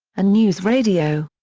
and newsradio.